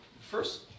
first